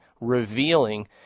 revealing